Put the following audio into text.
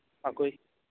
ꯑꯩꯈꯣꯏ